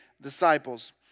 disciples